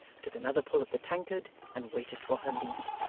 took another pull at the tankard, and waited for her lead.